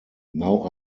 now